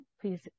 please